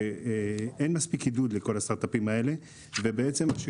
ובעצם מה שקורה זה שכל יוצאי הצבא,